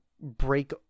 break